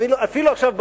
ואפילו עכשיו,